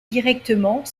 directement